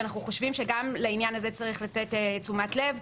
וגם לעניין הזה צריך לתת תשומת לב.